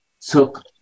took